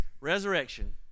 resurrection